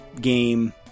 game